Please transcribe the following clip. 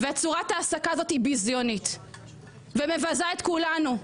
צורת ההעסקה הזאת היא ביזיונית ומבזה את כולנו.